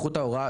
לירושלים.